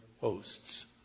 hosts